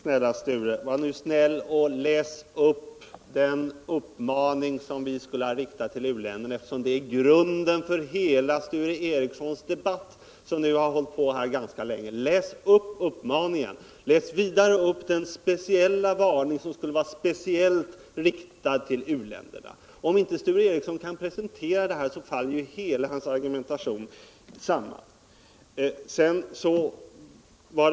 Herr talman! Snälla Sture Ericson, läs nu upp den uppmaning som vi skulle ha riktat till u-länderna, eftersom den är grunden för hela den diskussion som nu har pågått här ganska länge! Läs vidare upp den särskilda varning som skulle vara riktad speciellt till u-länderna! Om inte Sture Ericson kan presentera detta, så faller ju hela hans argumentation samman.